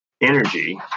energy